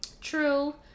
True